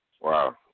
Wow